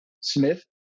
Smith